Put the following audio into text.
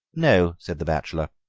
no said the bachelor,